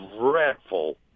dreadful